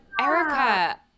Erica